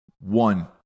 One